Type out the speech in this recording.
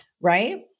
right